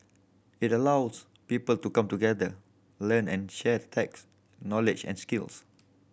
it allows people to come together learn and shares tech knowledge and skills